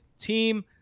team